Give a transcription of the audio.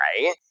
right